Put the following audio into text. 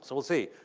so will see.